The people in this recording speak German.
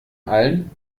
allen